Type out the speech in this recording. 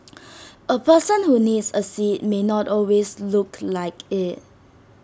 A person who needs A seat may not always look like IT